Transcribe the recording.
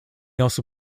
also